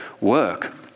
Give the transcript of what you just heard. work